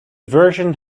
version